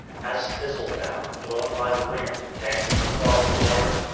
as thistle-down, blown by the wind, dances across the water,